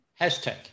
Hashtag